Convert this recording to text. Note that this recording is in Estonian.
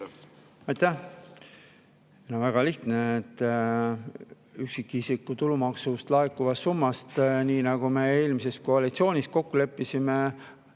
Aitäh! Väga lihtne: üksikisiku tulumaksust laekuvast summast, nii nagu me eelmises koalitsioonis kokku leppisime,